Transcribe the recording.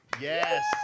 yes